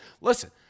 Listen